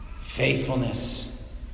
Faithfulness